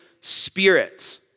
Spirit